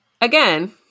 again